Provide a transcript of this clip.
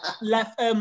left